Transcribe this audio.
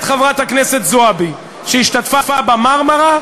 את חברת כנסת זועבי שהייתה ב"מרמרה"